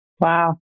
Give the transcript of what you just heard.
Wow